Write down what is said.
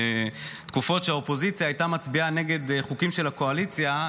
אתם זוכרים תקופות שהאופוזיציה הייתה מצביעה נגד חוקים של הקואליציה,